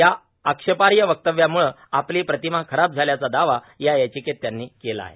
या आक्षेपाह वक्तव्यामुळे आपलां प्रातमा खराब झाल्याचा दावा या यार्गाचकेत त्यांनी केला आहे